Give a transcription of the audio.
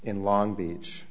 in long beach